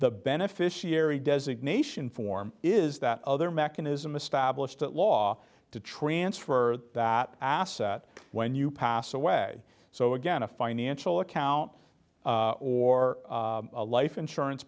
the beneficiary designation form is that other mechanism established law to transfer that asset when you pass away so again a financial account or a life insurance